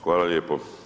Hvala lijepo.